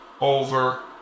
Over